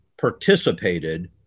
participated